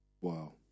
Wow